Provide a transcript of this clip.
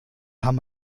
hamm